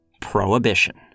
prohibition